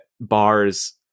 bars